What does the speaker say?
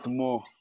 more